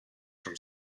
from